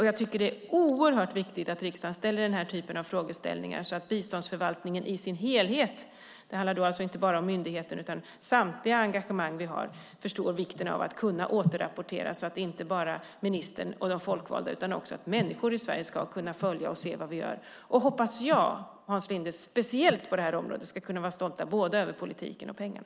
Jag tycker att det är oerhört viktigt att riksdagen ställer den här typen av frågor så att biståndsförvaltningen i sin helhet - det handlar alltså inte bara om myndigheter utan om samtliga engagemang vi har - förstår vikten av att kunna återrapportera, så att det inte bara är ministern och de folkvalda som får information utan att också människor i Sverige ska kunna följa och se vad vi gör och, hoppas jag, Hans Linde, speciellt på det här området kunna vara stolta över både politiken och pengarna.